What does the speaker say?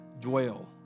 dwell